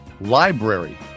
library